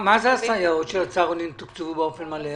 מה זה הסייעות בצהרונים תוקצבו באופן מלא?